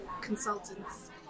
consultants